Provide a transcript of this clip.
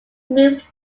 moved